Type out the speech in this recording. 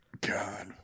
God